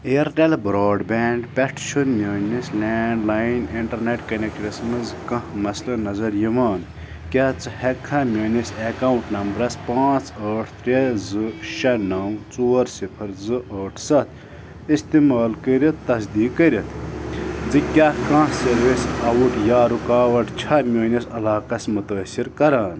Airtel broadband پٮ۪ٹھ چھُ میٛٲنِس لینٛڈ لایِن اِنٹَرنٮ۪ٹ منٛز کانٛہہ مسلہٕ نظر یِوان کیٛاہ ژٕ ہٮ۪ککھا میٛٲنِس اٮ۪کاوُنٛٹ نمبرَس پانٛژھ ٲٹھ ترٛےٚ زٕ شےٚ نَو ژور صِفَر زٕ ٲٹھ سَتھ اِستعمال کٔرِتھ تصدیٖق کٔرِتھ زِ کیٛاہ کانٛہہ سٔروِس آوُٹ یا رُکاوَٹ چھےٚ میٛٲنِس علاقَس مُتٲثِر کران